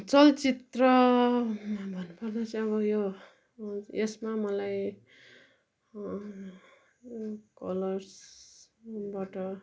चलचित्रमा भन्नु पर्दा चाहिँ अब उयो यसमा मलाई कलर्सबाट